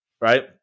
right